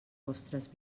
vostres